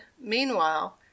meanwhile